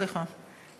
סליחה.